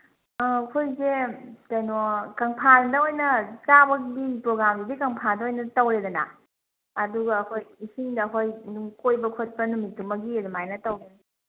ꯑꯩꯈꯣꯏꯁꯦ ꯀꯩꯅꯣ ꯀꯪꯐꯥꯟꯗ ꯑꯣꯏꯅ ꯆꯥꯕꯒꯤ ꯄ꯭ꯔꯣꯒ꯭ꯔꯥꯝꯗꯤ ꯀꯪꯐꯥꯟꯗ ꯑꯣꯏꯅ ꯇꯧꯔꯦꯗꯅ ꯑꯗꯨꯒ ꯑꯩꯈꯣꯏ ꯏꯁꯤꯡꯗ ꯑꯩꯈꯣꯏ ꯑꯗꯨꯝ ꯀꯣꯏꯕ ꯈꯣꯠꯄ ꯅꯨꯃꯤꯠꯇꯨꯃꯒꯤ ꯑꯗꯨꯃꯥꯏꯅ ꯇꯧꯒꯦ